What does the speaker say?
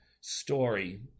story